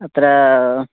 अत्र